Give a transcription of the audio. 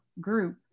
group